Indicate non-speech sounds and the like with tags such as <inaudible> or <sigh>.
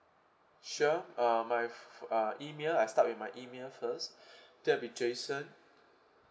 sure uh my fu~ fu~ uh email I start with my email first <breath> that will be jason